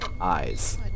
eyes